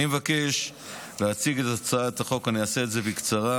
אני מבקש להציג את הצעת החוק, אני אעשה זאת בקצרה.